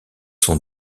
son